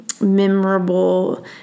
Memorable